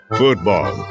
football